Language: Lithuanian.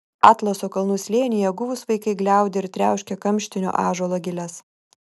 atlaso kalnų slėnyje guvūs vaikai gliaudė ir triauškė kamštinio ąžuolo giles